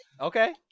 Okay